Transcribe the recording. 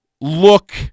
Look